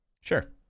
Sure